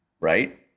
Right